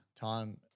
Time